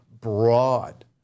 Broad